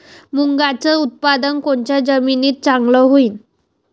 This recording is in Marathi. मुंगाचं उत्पादन कोनच्या जमीनीत चांगलं होईन?